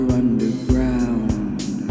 underground